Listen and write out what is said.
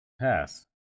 Pass